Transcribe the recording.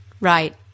right